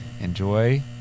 Enjoy